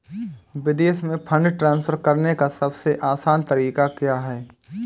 विदेश में fund transfer करने का सबसे आसान तरीका क्या है?